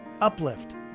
Uplift